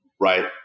right